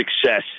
success